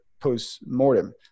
post-mortem